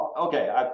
Okay